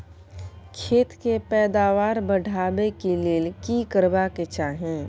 खेत के पैदावार बढाबै के लेल की करबा के चाही?